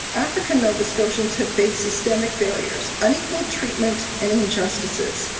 african nova scotians have faced systemic barriers, unequal treatment and injustices.